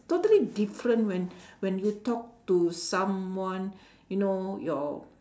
totally different when when you talk to someone you know your